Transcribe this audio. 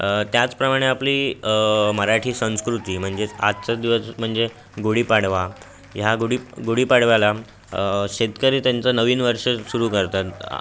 त्याचप्रमाणेे आपली मराठी संस्कृती म्हणजेच आजचा दिवस म्हणजे गुढीपाडवा ह्या गुढीपाडव्याला शेतकरी त्यांचं नवीन वर्ष सुरू करतात